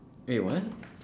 wait what